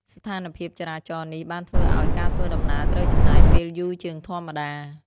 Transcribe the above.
ស្ថានភាពចរាចរណ៍នេះបានធ្វើឱ្យ ការធ្វើដំណើរត្រូវចំណាយពេលយូរជាងធម្មតា។